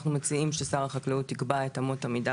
אנחנו מציעים ששר החקלאות יקבע את אמות המידה